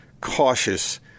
cautious